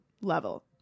level